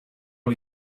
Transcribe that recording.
are